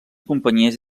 companyies